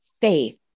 faith